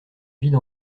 vide